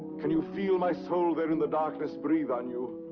can you feel my soul there in the darkness breathe on you?